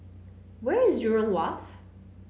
where is Jurong Wharf